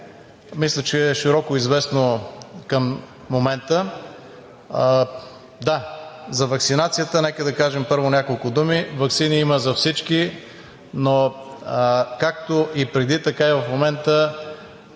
Мисля, че е широко известно към момента. Да, за ваксинацията нека да кажем първо няколко думи. Ваксини има за всички, но както и преди, така и в момента